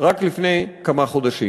רק לפני כמה חודשים.